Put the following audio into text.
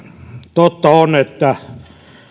totta on että